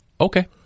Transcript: okay